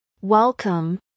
Welcome